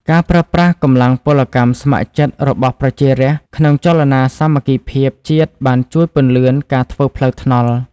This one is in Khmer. ការប្រើប្រាស់កម្លាំងពលកម្មស្ម័គ្រចិត្តរបស់ប្រជារាស្ត្រក្នុងចលនាសាមគ្គីភាពជាតិបានជួយពន្លឿនការធ្វើផ្លូវថ្នល់។